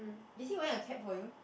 is he wearing a cap for you